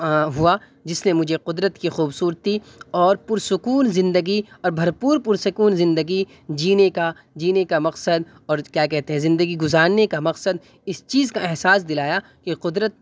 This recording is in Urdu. ہوا جس نے مجھے قدرت کے خوبصورتی اور پرسکون زندگی اور بھرپور پرسکون زندگی جینے کا جینے کا مقصد اور کیا کہتے ہیں زندگی گزارنے كا مقصد اس چیز کا احساس دلایا کہ قدرت